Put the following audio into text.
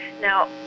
Now